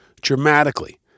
dramatically